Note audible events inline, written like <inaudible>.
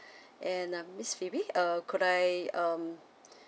<breath> and uh miss phoebe uh could I um